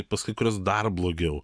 pas kai kuriuos dar blogiau